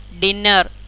dinner